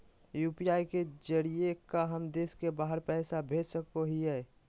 UPI के जरिए का हम देश से बाहर पैसा भेज सको हियय?